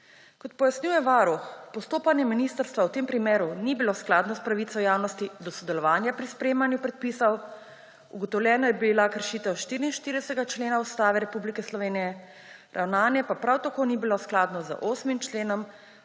Kot pojasnjuje Varuh, postopanje ministrstva v tem primeru ni bilo skladno s pravico javnosti do sodelovanja pri sprejemanju predpisov. Ugotovljena je bila kršitev 44. člena Ustave Republike Slovenije, ravnanje pa prav tako ni bilo skladno z 8. členom